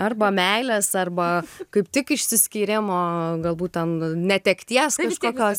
arba meilės arba kaip tik išsiskyrimo galbūt ten netekties kažkokios